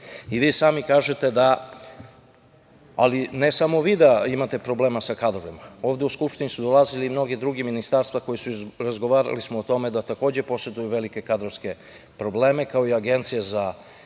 I vi sami kažete da, ali ne samo vi, da imate problema sa kadrovima, ovde u Skupštini su dolazili i mnogi drugi iz ministarstva sa kojima smo razgovarali o tome da takođe poseduju velike kadrovske probleme, kao i Agencija za